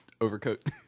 Overcoat